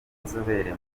inzobere